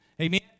Amen